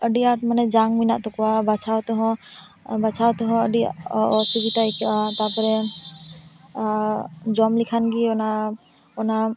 ᱟᱹᱰᱤ ᱟᱸᱴ ᱢᱟᱱᱮ ᱡᱟᱝ ᱢᱮᱱᱟᱜ ᱛᱟᱠᱚᱭᱟ ᱵᱟᱪᱷᱟᱣ ᱛᱮᱦᱚᱸ ᱵᱟᱪᱷᱟᱣ ᱛᱮᱦᱚᱸ ᱟᱹᱰᱤ ᱚᱥᱩᱵᱤᱫᱷᱟ ᱟᱹᱭᱠᱟᱹᱜᱼᱟ ᱛᱟᱨᱯᱚᱨᱮ ᱡᱚᱢ ᱞᱮᱠᱷᱟᱱ ᱜᱮ ᱚᱱᱟ ᱚᱱᱟ